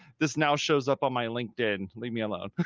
this now shows up on my linkedin, leave me alone.